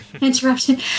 interruption